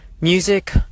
music